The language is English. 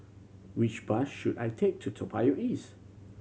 which bus should I take to Toa Payoh East